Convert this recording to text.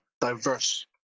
diverse